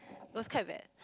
it was quite bad